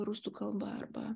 rusų kalba arba